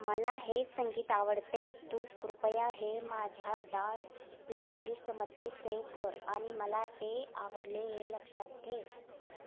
मला हे संगीत आवडते तू कृपया हे माझ्या डान्स प्लेलिस्टमध्ये सेव कर आणि मला ते आवडले हे लक्षात ठेव